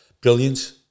Brilliant